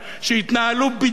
כשהתנהלו בדיוק,